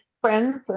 friends